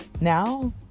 Now